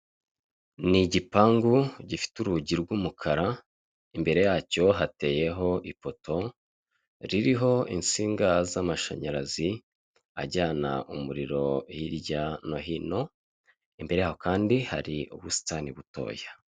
Ni igipangu gifite urugi rw'umukara, imbere yacyo hateyeho ipoto ririho insinga z'amashanyarazi, ajyana umuriro hirya no hino, imbere yaho kandi hari ubusitani butoya.